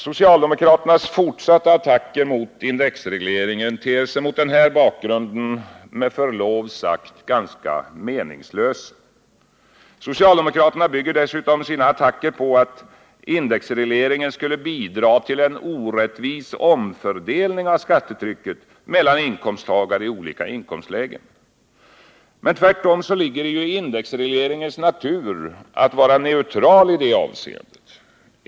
Socialdemokraternas fortsatta attacker mot indexregleringen ter sig mot den bakgrunden med förlov sagt ganska meningslösa. Socialdemokraterna bygger dessutom sina attacker på att indexregleringen skulle bidra till en orättvis omfördelning av skattetrycket mellan inkomsttagare i olika inkomstlägen. Men tvärtom ligger det i indexregleringens natur att vara neutral i det avseendet.